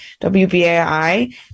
WBAI